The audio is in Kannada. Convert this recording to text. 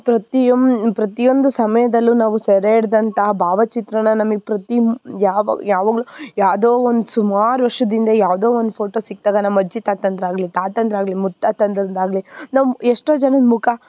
ಪ್ರತಿಯೊಂದ್ ಪ್ರತಿಯೊಂದು ಸಮಯದಲ್ಲೂ ನಾವು ಸೆರೆ ಹಿಡಿದಂಥ ಭಾವಚಿತ್ರನ ನಮಗೆ ಪ್ರತಿ ಯಾವಾಗ ಯಾವಾಗಲೂ ಯಾವ್ದೋ ಒಂದು ಸುಮಾರು ವರ್ಷದ ಹಿಂದೆ ಯಾವುದೋ ಒಂದು ಫೋಟೋ ಸಿಕ್ಕಿದಾಗ ನಮ್ಮ ಅಜ್ಜಿ ತಾತಂದಿರಾಗ್ಲಿ ತಾತಂದಿರಾಗ್ಲಿ ಮುತ್ತಾತಂದ್ರದ್ದಾಗ್ಲಿ ನಾವು ಎಷ್ಟೋ ಜನದ ಮುಖ